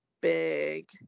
big